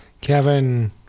Kevin